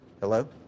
hello